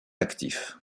actif